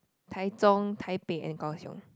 Tai-Zhong Taipei and Kaohsiung